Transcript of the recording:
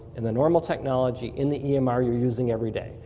and the normal technology in the emr you're using every day.